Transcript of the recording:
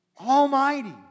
Almighty